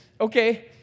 okay